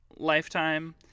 Lifetime